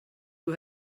you